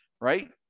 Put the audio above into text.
right